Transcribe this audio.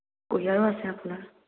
কুঁহিয়াৰো আছে আপোনাৰ